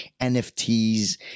nfts